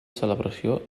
celebració